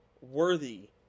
worthy